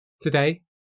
Today